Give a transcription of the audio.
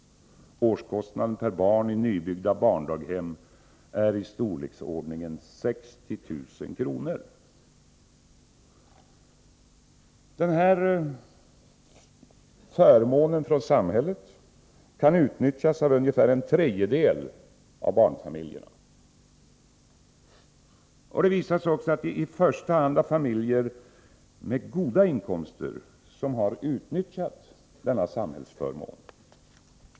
Årskostnaden per barn i nybyggda barndaghem är ca 60 000 kr. Denna förmån från samhället kan utnyttjas av ungefär en tredjedel av barnfamiljerna. Det visar sig också att det i första hand är familjer med goda inkomster som har utnyttjat denna samhällsförmån.